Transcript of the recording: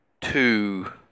two